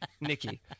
Nikki